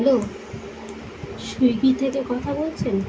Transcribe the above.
hello Swiggy থেকে কথা বলছেন